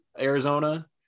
Arizona